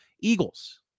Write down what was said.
Eagles